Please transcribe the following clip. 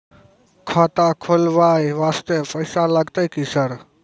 खाता खोलबाय वास्ते पैसो लगते की सर?